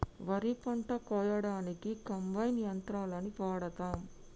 వరి పంట కోయడానికి కంబైన్ యంత్రాలని వాడతాం